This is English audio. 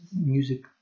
music